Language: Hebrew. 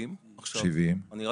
70 אנשים.